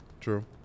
True